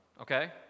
okay